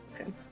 Okay